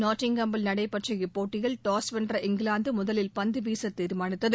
நாட்டிங்காமில் நடைபெற்ற இப்போட்டியில் டாஸ் வென்ற இங்கிலாந்து முதலில் பந்து வீச தீர்மானித்தது